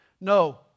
no